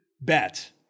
bet